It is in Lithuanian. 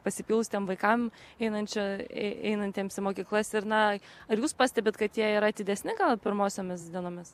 pasipylus tiem vaikam einančią ei einantiems į mokyklas ir na ar jūs pastebit kad jie yra atidesni pirmosiomis dienomis